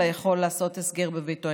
אלא יכול לעשות הסגר בביתו,